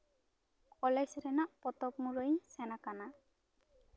college ᱨᱮᱱᱟᱜ ᱯᱚᱛᱚᱵ ᱢᱩᱨᱟᱹᱭ ᱤᱧ ᱥᱮᱱ ᱟᱠᱟᱱᱟ